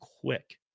quick